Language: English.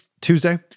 Tuesday